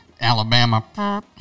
Alabama